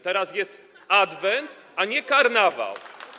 Teraz jest adwent, a nie karnawał.